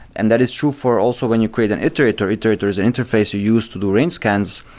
and that is true for also when you create an iterator. iterator is an interface you use to do range scans.